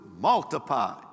multiply